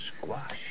Squash